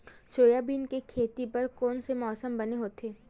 Soybean के खेती बर कोन से मौसम बने होथे?